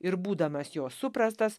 ir būdamas jo suprastas